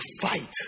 fight